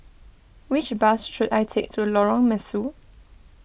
which bus should I take to Lorong Mesu